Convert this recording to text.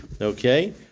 Okay